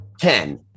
Ten